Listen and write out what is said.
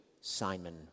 Simon